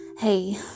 Hey